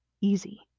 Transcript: easy